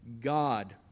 God